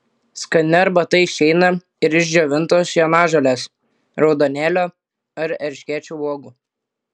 skani arbata išeina ir iš džiovintos jonažolės raudonėlio ar erškėčio uogų